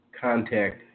contact